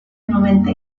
noventa